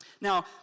Now